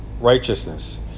righteousness